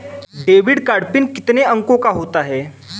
Debit card PIN कितने अंकों का होता है?